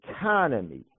economy